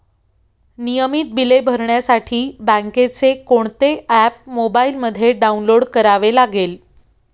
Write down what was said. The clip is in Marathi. नियमित बिले भरण्यासाठी बँकेचे कोणते ऍप मोबाइलमध्ये डाऊनलोड करावे लागेल?